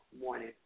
Morning